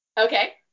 Okay